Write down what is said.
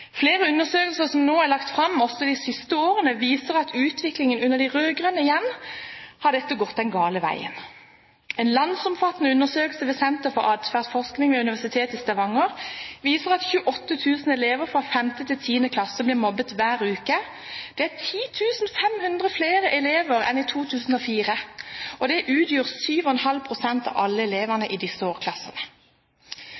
Flere undersøkelser som er lagt fram, også de siste årene, viser at utviklingen under de rød-grønne igjen har gått den gale veien. En landsomfattende undersøkelse ved Senter for atferdsforskning ved Universitetet i Stavanger viser at 28 000 elever fra 5. til 10. klasse blir mobbet hver uke. Det er 10 500 flere elever enn i 2004, og det utgjør 7,5 pst. av alle